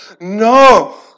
no